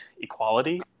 equality